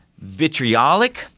vitriolic